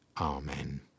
Amen